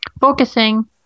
focusing